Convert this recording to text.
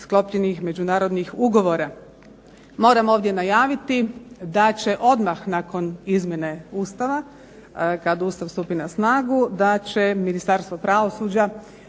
sklopljenih međunarodnih ugovora. Moram ovdje najaviti da će odmah nakon izmjene Ustava, kad Ustav stupi na snagu, da će Ministarstvo pravosuđa